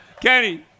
Kenny